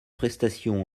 prestations